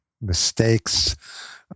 mistakes